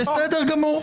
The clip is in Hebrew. בסדר גמור.